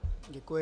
Děkuji.